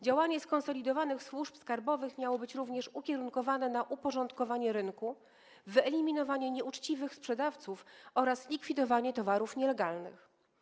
Działanie skonsolidowanych służb skarbowych miało być również ukierunkowane na uporządkowanie rynku, wyeliminowanie nieuczciwych sprzedawców oraz likwidowanie towarów nielegalnych.